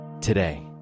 today